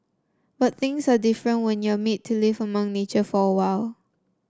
but things are different when you're made to live among nature for awhile